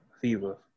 Fever